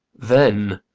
then,